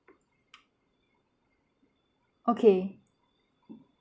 okay